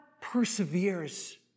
perseveres